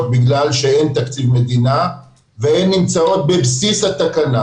בגלל שאין תקציב מדינה והן נמצאות בבסיס התקנה,